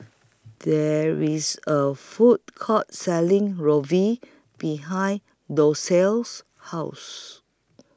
There IS A Food Court Selling Ravioli behind Docia's House